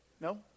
No